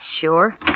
Sure